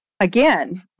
Again